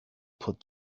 put